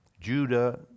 Judah